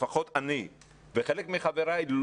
לפחות אני וחלק מחבריי,